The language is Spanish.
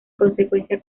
consecuencia